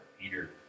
Peter